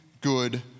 good